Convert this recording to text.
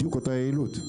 בדיוק אותה יעילות.